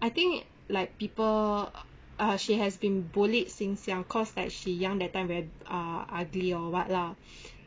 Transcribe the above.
I think like people ah she has been bullied since young cos like she young that time very ah ugly or what lah